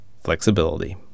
flexibility